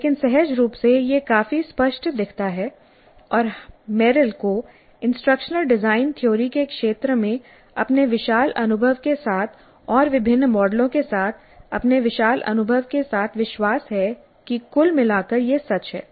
लेकिन सहज रूप से यह काफी स्पष्ट दिखता है और मेरिल को इंस्ट्रक्शनल डिजाइन थ्योरी के क्षेत्र में अपने विशाल अनुभव के साथ और विभिन्न मॉडलों के साथ अपने विशाल अनुभव के साथ विश्वास है कि कुल मिलाकर यह सच है